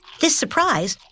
this surprise,